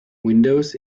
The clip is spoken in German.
windows